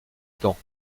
temps